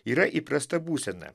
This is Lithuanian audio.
yra įprasta būsena